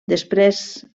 després